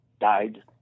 died